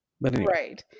Right